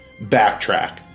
backtrack